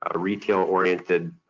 ah retail-oriented,